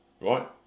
right